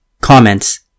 Comments